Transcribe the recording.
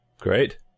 Great